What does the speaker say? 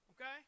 okay